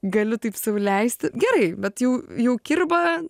galiu taip sau leisti gerai bet jau jau kirba